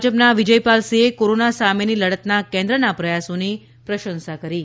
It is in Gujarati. ભાજપના વિજયપાલસિંહે કોરોના સામેની લડતના કેન્દ્રના પ્રયાસોની પ્રશંસા કરી હતી